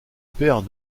paire